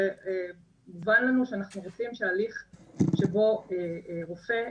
ומובן לנו שאנחנו רוצים שהליך שבו רופא,